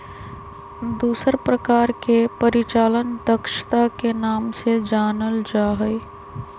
दूसर प्रकार के परिचालन दक्षता के नाम से जानल जा हई